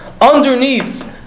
underneath